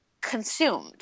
consumed